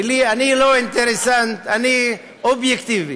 אני לא אינטרסנט, אני אובייקטיבי,